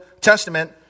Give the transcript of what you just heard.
Testament